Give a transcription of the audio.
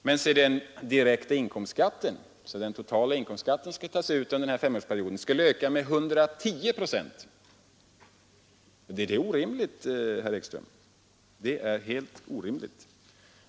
Men den direkta totala inkomstskatten som skulle tas ut under femårsperioden skulle öka med 110 procent. Detta är helt orimligt, herr Ekström!